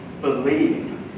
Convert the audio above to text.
believe